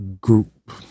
group